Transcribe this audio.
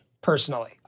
Personally